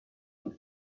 les